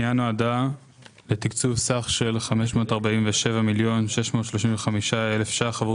הפנייה נועדה לתקצוב סך של 547,635,000 ₪ עבור